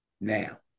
Now